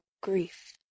grief